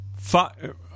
Five